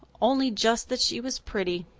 only just that she was pretty.